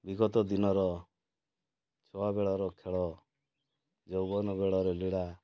ବିଗତ ଦିନର ଛୁଆବେଳର ଖେଳ ଯୌବନବେଳରେ ଲୀଳା